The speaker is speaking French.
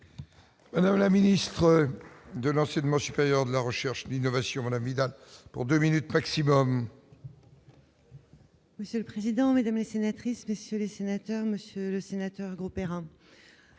réforme. La ministre de l'enseignement supérieur de la recherche, l'innovation, l'amygdale pour 2 minutes maximum. Monsieur le président, Mesdames et sénatrices, messieurs les sénateurs, monsieur le sénateur Grosperrin,